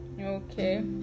okay